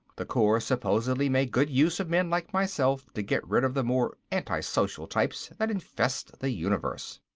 the corps supposedly made good use of men like myself to get rid of the more antisocial types that infest the universe.